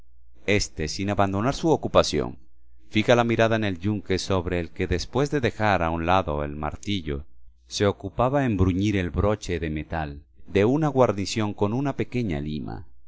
este sin abandonar su ocupación fija la mirada en el yunque sobre el que después de dejar a un lado el martillo se ocupaba en bruñir el broche de metal de una guarnición con una pequeña lima